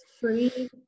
free